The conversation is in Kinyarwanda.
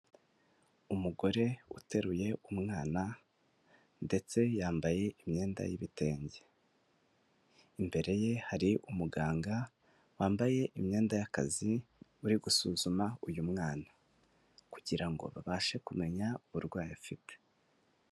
Umugore wateruye umwana ndetse yambaye imyenda y'ibitenge, imbere ye hari umuganga wambaye imyenda y'akazi uri gusuzuma uyu mwana kugira ngo babashe kumenya uburwayi afite.